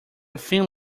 thin